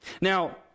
Now